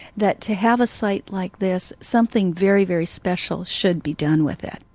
that to have a site like this, something very, very special should be done with it.